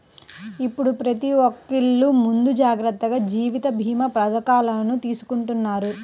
ఇప్పుడు ప్రతి ఒక్కల్లు ముందు జాగర్తగా జీవిత భీమా పథకాలను తీసుకుంటన్నారు